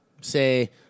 say